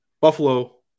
Buffalo